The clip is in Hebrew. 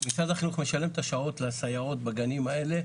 משרד החינוך משלם את השעות לסייעות בגנים האלה,